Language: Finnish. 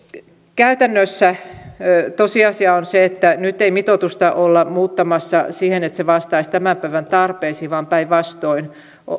käytännössä tosiasia on se että nyt mitoitusta ei olla muuttamassa siihen että se vastaisi tämän päivän tarpeisiin vaan päinvastoin